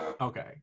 okay